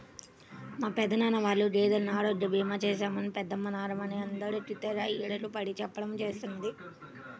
మా పెదనాన్న వాళ్ళ గేదెలకు ఆరోగ్య భీమా చేశామని పెద్దమ్మ నాగమణి అందరికీ తెగ ఇరగబడి చెప్పడం చేస్తున్నది